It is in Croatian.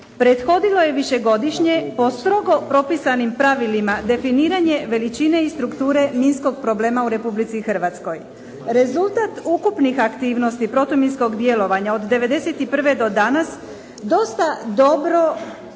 prethodilo je višegodišnje po strogo propisanim pravilima definiranje veličine i strukture minskog problema u Republici Hrvatskoj. Rezultat ukupnih aktivnosti protuminskog djelovanja od '91. do danas dosta dobro